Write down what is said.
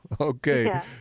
Okay